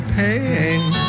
pain